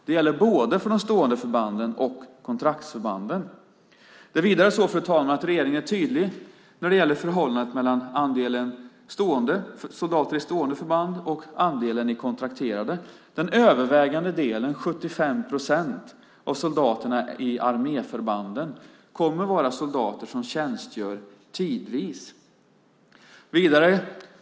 Det gäller för både de stående förbanden och kontraktsförbanden. Fru talman! Vidare är regeringen tydlig när det gäller förhållandet mellan andelen soldater i stående förband och andelen soldater i kontraktsförband. Den övervägande delen, 75 procent, av soldaterna i arméförbanden kommer att vara soldater som tjänstgör tidvis.